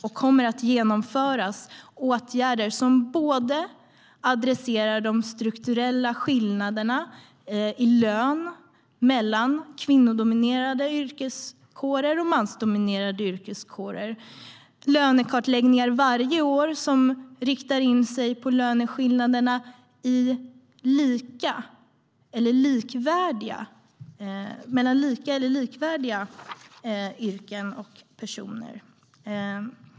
Det kommer att genomföras åtgärder som adresserar de strukturella skillnaderna i lön mellan kvinnodominerade yrkeskårer och mansdominerade yrkeskårer. Det blir lönekartläggningar varje år som riktar in sig på löneskillnaderna mellan lika eller likvärdiga yrken och personer.